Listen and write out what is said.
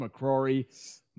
McCrory